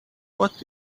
what